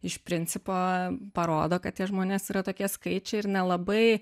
iš principo parodo kad tie žmonės yra tokie skaičiai ir nelabai